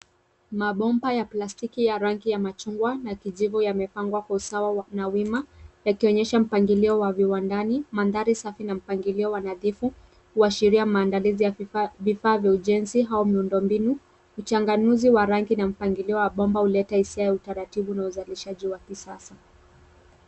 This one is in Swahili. Mabomba ya plastiki ya rangi ya machungwa na kijivu yamepangwa kwa usawa na wima yakionyesha mpangilio wa viwandani. Mandhari safi na mpangilio wa nadhifu huashiria maandalizi ya vifaa vya ujenzi au miundombinu, uchanganuzi wa rangi na mpangilio wa bomba huleta hisia wa utaratibu na uzalishaji wa kisasa.